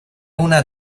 una